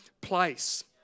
place